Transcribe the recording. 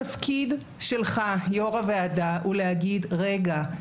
התפקיד שלך יושב ראש הוועדה הוא להגיד רגע,